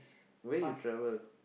where you travel